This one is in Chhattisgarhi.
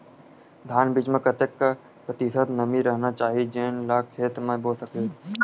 धान बीज म कतेक प्रतिशत नमी रहना चाही जेन ला खेत म बो सके?